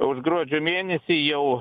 už gruodžio mėnesį jau